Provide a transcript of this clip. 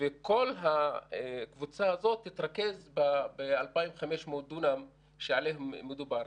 וכל הקבוצה הזאת תתרכז ב-2,500 דונם שעליהם מדובר.